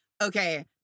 Okay